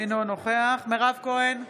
אינו נוכח מירב כהן,